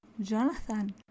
Jonathan